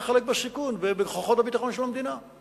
חלק בסיכון ובכוחות הביטחון של המדינה.